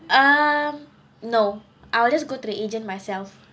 um no I will just go to the agent myself